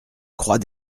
croix